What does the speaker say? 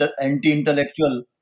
anti-intellectual